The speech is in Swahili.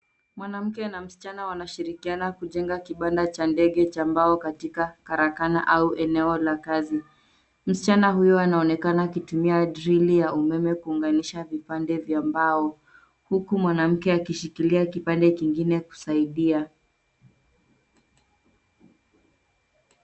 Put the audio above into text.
Mwanamke na msichana wana shirikiana kujenga kibanda cha ndenge cha mbao katika karakana au eneo la kazi. Msichana huyu anaonekana akitumia drili ya umeme kuunganisha vipande vya mbao huku mwanamke akishikilia kipande kingine kusaidia .